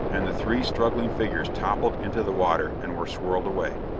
and the three struggling figures toppled into the water and were swirled away.